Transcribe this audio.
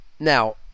Now